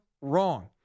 wrong